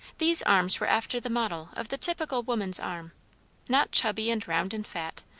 these arms were after the model of the typical woman's arm not chubby and round and fat,